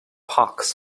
hawks